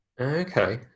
Okay